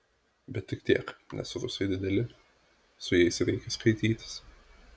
bet tik tiek nes rusai dideli su jais reikia skaitytis